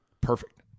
Perfect